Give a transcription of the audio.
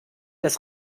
des